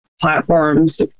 platforms